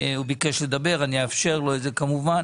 הוא ביקש לדבר, אני אאפשר לו את זה כמובן.